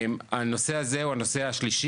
הנושא הזה הוא הנושא השלישי,